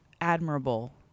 admirable